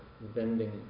vending